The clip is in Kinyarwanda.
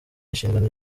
inshingano